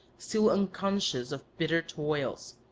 still unconscious of bitter toils.